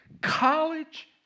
college